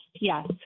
yes